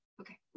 Okay